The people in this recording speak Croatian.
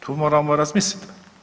To moramo razmisliti.